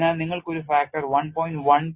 അതിനാൽ നിങ്ങൾക്ക് ഒരു factor 1